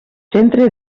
centre